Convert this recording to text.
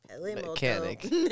mechanic